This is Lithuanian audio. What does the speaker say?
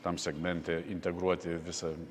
tam segmente integruoti visą